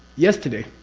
yesterday